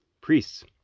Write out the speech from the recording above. priests